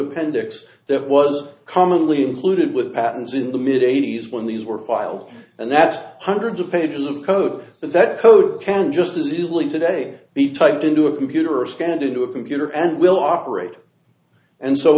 conduct that was commonly included with patents in the mid eighty's when these were filed and that hundreds of pages of code that code can just as easily today be typed into a computer or scanned into a computer and will operate and so